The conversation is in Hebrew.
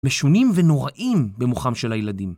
משונים ונוראים במוחם של הילדים.